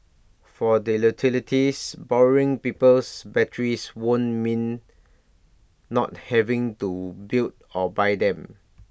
for the utilities borrowing people's batteries would mean not having to build or buy them